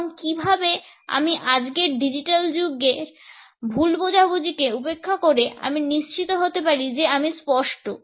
এবং কীভাবে আমি আজকের ডিজিটাল যুগের ভুল বোঝাবুঝিকে উপেক্ষা করে আমি নিশ্চিত হতে পারি যে আমি স্পষ্ট